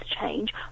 change